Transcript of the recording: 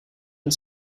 une